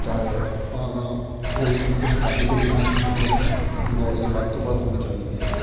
ਚਾਹੇ ਆਪਾਂ ਹੁਣ ਕਰੀਏ ਚਾਹੇ ਕੱਲ੍ਹ ਨੂੰ ਕਰੀਏ ਸਾਨੂੰ ਇਸ ਬਾਰੇ ਨੌਲੇਜ ਵੱਧ ਤੋਂ ਵੱਧ ਹੋਣੀ ਚਾਹੀਦੀ ਹੈ